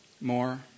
More